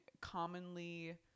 commonly